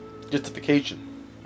Justification